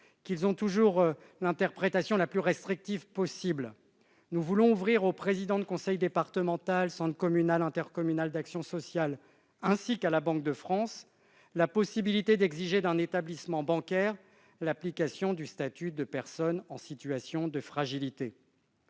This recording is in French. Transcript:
qu'ils ont toujours l'interprétation la plus restrictive possible, nous voulons ouvrir aux présidents de conseil départemental, de centre communal ou intercommunal d'action sociale, ainsi qu'à la Banque de France la possibilité d'exiger d'un établissement bancaire l'application du statut de personne en situation de fragilité.